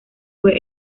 fue